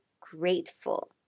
grateful